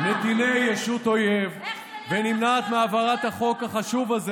נתיני ישות אויב ונמנעת מהעברת החוק החשוב הזה,